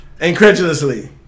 Incredulously